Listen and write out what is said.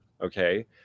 Okay